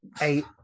Eight